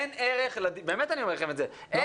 אין ערך לדיון ברגע שאתם לא מסוגלים לראות את המורכבות.